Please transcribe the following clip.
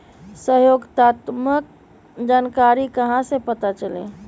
सहयोगात्मक जानकारी कहा से पता चली?